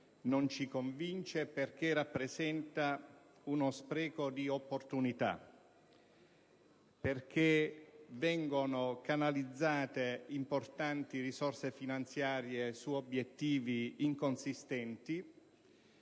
non ci convince, perché rappresenta uno spreco di opportunità, perché vengono canalizzate importanti risorse finanziarie su obiettivi inconsistenti